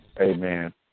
Amen